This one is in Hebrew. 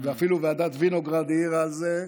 ואפילו ועדת וינוגרד העירה על זה.